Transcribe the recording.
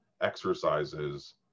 exercises